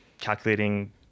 calculating